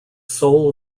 soul